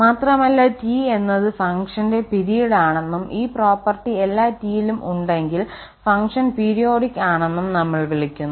മാത്രമല്ല T എന്നത് ഫംഗ്ഷന്റെ പിരീഡ് ആണെന്നും ഈ പ്രോപ്പർട്ടി എല്ലാ t യിലും ഉണ്ടെങ്കിൽ ഫംഗ്ഷൻ പീരിയോഡിക് ആണെന്നും നമ്മൾ വിളിക്കുന്നു